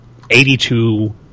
82